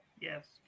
Yes